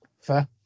fair